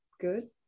Good